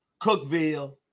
Cookville